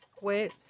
Wait